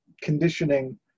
conditioning